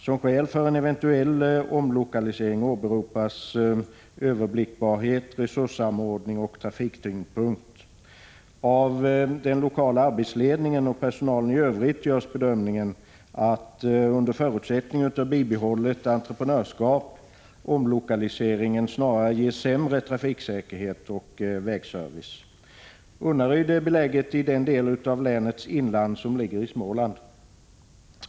Som skäl för en eventuell omlokalisering åberopas överblickbarhet, resurssamordning och trafiktyngdpunkter. Den lokala arbetsledningen och personalen i övrigt gör bedömningen att, under förutsättning av bibehållet entreprenörskap, omläggningen snarare ger sämre trafiksäkerhet och vägservice. Unnaryd är beläget i den del av länets inland som ligger i Småland.